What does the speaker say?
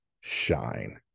shine